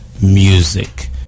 music